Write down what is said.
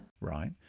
Right